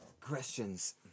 questions